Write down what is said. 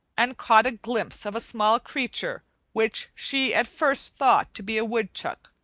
and caught a glimpse of a small creature which she at first thought to be a woodchuck.